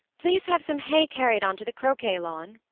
please have some hay carried onto the croquet lawn.